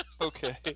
okay